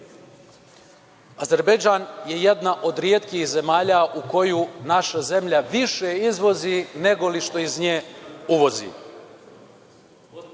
je jedan od retkih zemalja u koju naša zemlja više izvozi, nego li što iz nje uvozi.